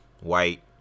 White